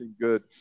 good